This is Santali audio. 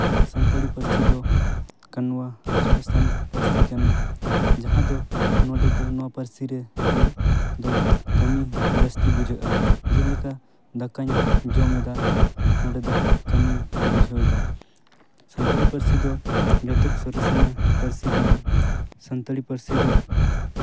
ᱥᱟᱱᱛᱟᱲᱤ ᱯᱟᱹᱨᱥᱤ ᱫᱚ ᱠᱟᱱᱣᱟ ᱥᱚᱨᱮᱥᱟᱱ ᱯᱟᱹᱨᱥᱤ ᱠᱟᱱᱟ ᱡᱟᱦᱟᱸ ᱫᱚ ᱱᱚᱰᱮ ᱫᱚ ᱱᱚᱣᱟ ᱯᱟᱹᱨᱥᱤ ᱨᱮ ᱦᱮᱸ ᱫᱚ ᱠᱟᱹᱢᱤ ᱡᱟᱹᱥᱛᱤ ᱵᱩᱡᱷᱟᱹᱜᱼᱟ ᱡᱮᱞᱮᱠᱟ ᱫᱟᱠᱟᱧ ᱡᱚᱢ ᱮᱫᱟ ᱚᱸᱰᱮ ᱫᱚ ᱠᱟᱹᱢᱤ ᱵᱩᱡᱷᱟᱹᱣ ᱫᱚ ᱥᱟᱱᱛᱟᱲᱤ ᱯᱟᱹᱨᱥᱤ ᱫᱚ ᱡᱚᱛᱚᱡ ᱥᱚᱨᱮᱥᱟᱱᱟᱜ ᱯᱟᱹᱨᱥᱤ ᱠᱟᱱᱟ ᱥᱟᱱᱛᱟᱲᱤ ᱯᱟᱹᱨᱥᱤ ᱫᱚ